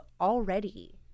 already